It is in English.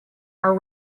are